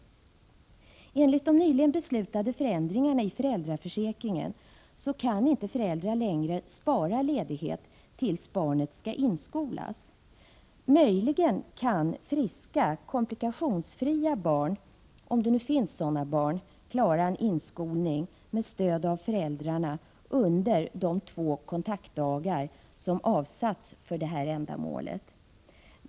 Enligt de nyligen beslutade förändringarna i föräldraförsäkringen kan inte föräldrar längre spara ledighet tills barnet skall inskolas. Möjligen kan friska komplikationsfria barn — om nu sådana barn finns — klara en inskolning med stöd av föräldrarna under de två kontaktdagar som avsatts för ändamålet.